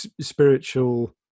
spiritual